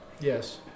Yes